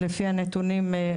לפי הנתונים,